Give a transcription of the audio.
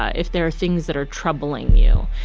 ah if there are things that are troubling you.